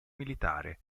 militare